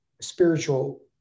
spiritual